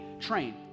train